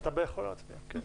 אתה יכול להצביע, כן.